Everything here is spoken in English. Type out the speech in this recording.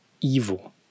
evil